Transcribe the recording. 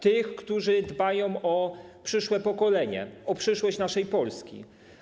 Tych, którzy dbają o przyszłe pokolenie, o przyszłość Polski.